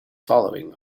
following